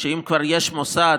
שאם כבר יש מוסד